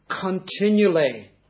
continually